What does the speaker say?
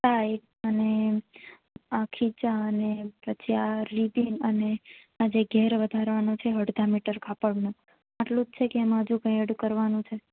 tie અને આ ખીચા અને પછી આ રીબીન અને આ જે ઘેર વધારવાનો છે અડધા મીટર કાપડમાં આટલું જ છે કે એમાં કાઈ એડ કરવાનું છે